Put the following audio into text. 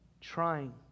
trying